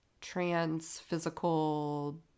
trans-physical